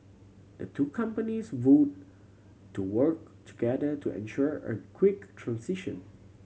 the two companies vowed to work together to ensure a quick transition